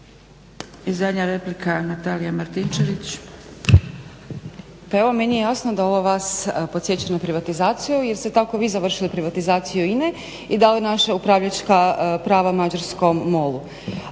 **Martinčević, Natalija (HNS)** Pa evo meni je jasno da ovo vas podsjeća na privatizaciju jer ste tako vi završili privatizaciju INA-e i dali naša upravljačka prava mađarskom MOL-u.